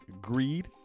greed